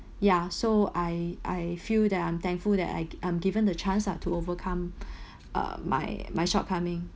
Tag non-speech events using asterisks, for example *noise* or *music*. ya so I I feel that I'm thankful that I I'm given the chance ah to overcome *breath* uh my my shortcoming